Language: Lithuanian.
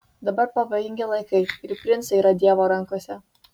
dabar pavojingi laikai ir princai yra dievo rankose